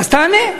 אז תענה.